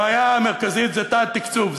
הבעיה המרכזית זה תת-תקצוב,